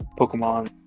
Pokemon